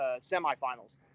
semi-finals